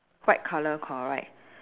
white colour correct